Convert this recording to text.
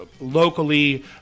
locally